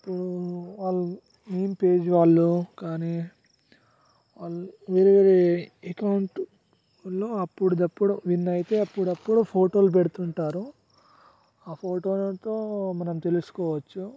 ఇప్పుడు వాళ్ళు meme page వాళ్ళు కానీ వాళ్ వేరేవేరే అకౌంట్లో అప్పుడిది అప్పుడు విన్ అయితే అప్పుడప్పుడు ఫోటోలు పెడుతుంటారు ఆ ఫోటోలతో మనం తెలుసుకోవచ్చు